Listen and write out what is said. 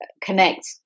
connect